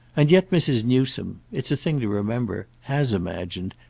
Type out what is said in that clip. and yet mrs. newsome it's a thing to remember has imagined,